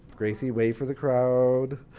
gracey, wave for the crowd.